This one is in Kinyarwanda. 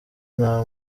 nta